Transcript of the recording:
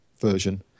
version